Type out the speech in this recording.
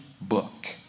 book